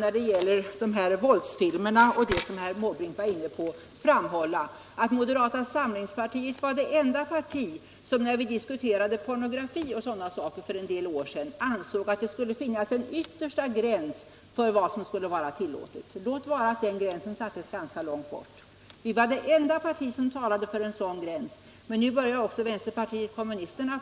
När det gäller frågan om våldsfilmerna och liknande frågor som herr Måbrink berörde vill jag för övrigt framhålla att moderata samlingspartiet var det enda parti som, när vi för en del år sedan diskuterade pornografi och sådana saker, ansåg att det borde finnas en yttersta gräns för vad som skulle vara tillåtet — låt vara att den gränsen sattes ganska långt bort. Vi var det enda parti som talade för en sådan gräns, och nu börjar också vänsterpartiet kommunisterna